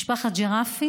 משפחת ג'רפי